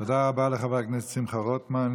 תודה רבה לחבר הכנסת שמחה רוטמן,